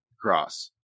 cross